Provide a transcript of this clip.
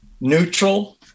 neutral